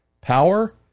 Power